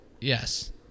Yes